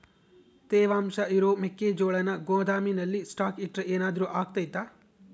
ತೇವಾಂಶ ಇರೋ ಮೆಕ್ಕೆಜೋಳನ ಗೋದಾಮಿನಲ್ಲಿ ಸ್ಟಾಕ್ ಇಟ್ರೆ ಏನಾದರೂ ಅಗ್ತೈತ?